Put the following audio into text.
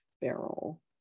barrel